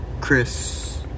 Chris